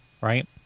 right